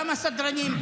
גם הסדרנים,